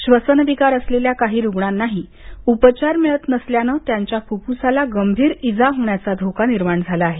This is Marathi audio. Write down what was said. श्वसनविकार असलेल्या काही रुग्णांना उपचार मिळत नसल्याने त्यांच्या फुफ्फुसाला गंभीर इजा होण्याचा धोका निर्माण झाला आहे